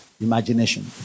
Imagination